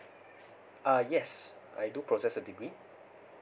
uh yes I do possess a degree